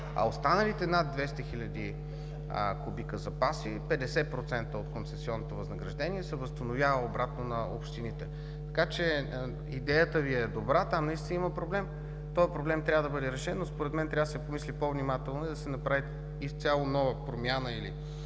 От останалите над 200 хиляди кубика запаси – 50% от концесионното възнаграждение се възстановява обратно на общините. Идеята Ви е добра, там наистина има проблем, този проблем трябва да бъде решен, но според мен трябва да се помисли по-внимателно и да се направи изцяло нова промяна или